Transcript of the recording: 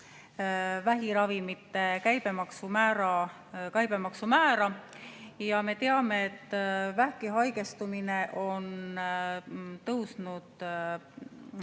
vähiravimite käibemaksu määra. Me teame, et vähki haigestumine on tõusnud